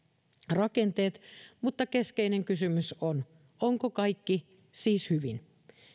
rakenteet mutta keskeinen kysymys on onko kaikki siis hyvin